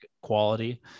quality